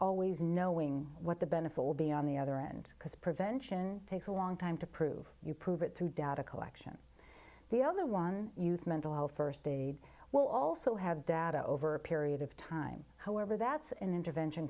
always knowing what the benefit will be on the other end because prevention takes a long time to prove you prove it through data collection the other one youth mental health st aid will also have data over a period of time however that's an intervention